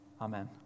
Amen